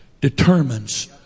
determines